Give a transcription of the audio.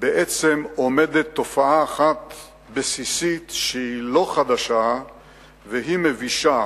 בעצם עומדת תופעה אחת בסיסית שהיא לא חדשה והיא מבישה,